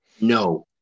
No